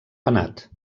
penat